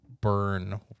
burn